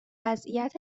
وضعیت